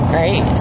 right